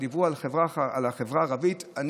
כשמדובר בחברה הערבית,